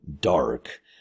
dark